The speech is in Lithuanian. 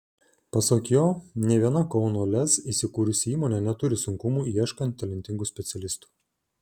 pasak jo nė viena kauno lez įsikūrusi įmonė neturi sunkumų ieškant talentingų specialistų